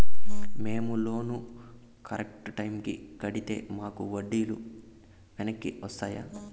మేము loan correct టైముకి కట్టితే మాకు వడ్డీ లు వెనక్కి వస్తాయా?